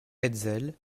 hetzel